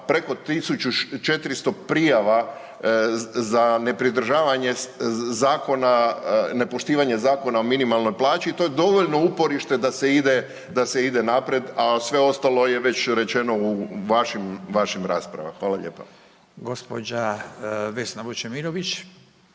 preko 1400 prijava za nepridržavanje zakona, nepoštivanja Zakona o minimalnoj plaći i to je dovoljno uporište da se ide naprijed a sve ostalo je već rečeno u vašim raspravama. Hvala lijepa.